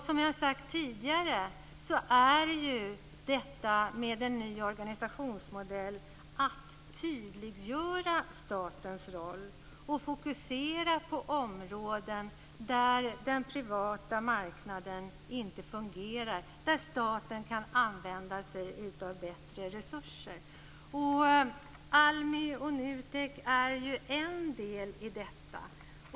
Som jag har sagt tidigare innebär ju detta med en ny organisationsmodell att man tydliggör statens roll och fokuserar på områden där den privata marknaden inte fungerar, där staten kan använda sig av bättre resurser. ALMI och NUTEK är ju en del i detta.